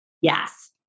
Yes